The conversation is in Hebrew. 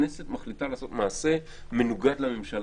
הכנסת מחליטה לעשות מעשה מנוגד לממשלה,